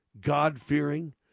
God-fearing